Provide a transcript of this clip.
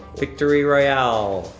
victory royale?